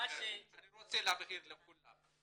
אני רוצה להגיד לכולם,